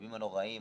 הימים הנוראים,